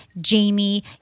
jamie